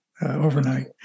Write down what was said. overnight